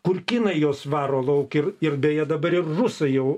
kur kinai juos varo lauk ir ir beje dabar ir rusai jau